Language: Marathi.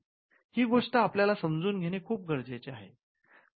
हि गोष्ट आपल्याला समजून घेणे खूप गरजेचे आहे